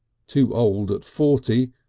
too old at forty,